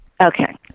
Okay